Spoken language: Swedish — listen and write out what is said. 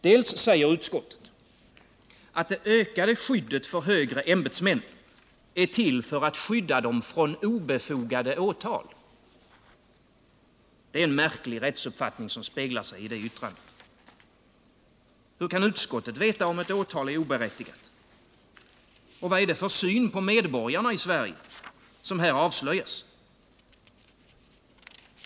Dels säger utskottet att det ökade skyddet för högre ämbetsmän är till för att skydda dem från obefogade åtal. Det är en märklig rättsuppfattning som speglar sig i det yttrandet. Hur kan utskottet veta om ett åtal är oberättigat? Vad är det för syn på medborgarna i Sverige som här avslöjas?